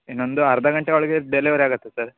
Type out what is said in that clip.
ಇನ್ನೊಂದು ಅರ್ಧ ಗಂಟೆ ಒಳಗೆ ಡೆಲಿವರಿ ಆಗುತ್ತೆ ಸರ್